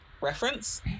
reference